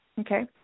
Okay